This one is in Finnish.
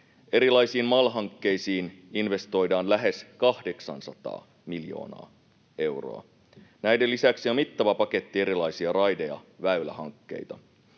Erilaisiin MAL-hankkeisiin investoidaan lähes 800 miljoonaa euroa. Näiden lisäksi on mittava paketti erilaisia raide‑ ja väylähankkeita.